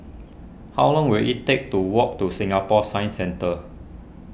how long will it take to walk to Singapore Science Centre